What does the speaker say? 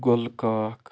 گۄلہٕ کاک